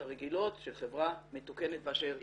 הרגילות של חברה מתוקנת באשר היא.